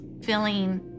feeling